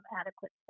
adequate